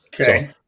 okay